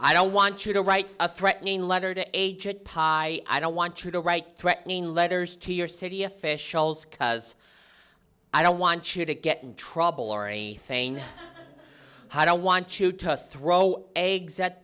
i don't want you to write a threatening letter to agent pie i don't want you to write threatening letters to your city officials because i don't want you to get in trouble or a thing i don't want you to throw eggs at